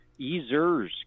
Ezers